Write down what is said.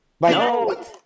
No